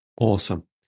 awesome